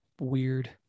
weird